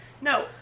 No